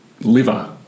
liver